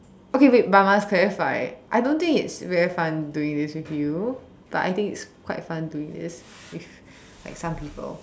okay wait but I must clarify I don't think it's very fun doing this with you but I think it's quite fun doing this with like some people